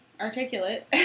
articulate